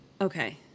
Okay